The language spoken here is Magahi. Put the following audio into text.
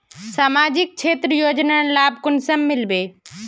सामाजिक क्षेत्र योजनार लाभ कुंसम मिलबे?